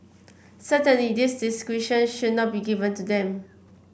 certainly this discretion should not be given to them